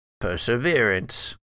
perseverance